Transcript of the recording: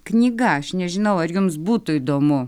knyga aš nežinau ar jums būtų įdomu